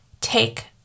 take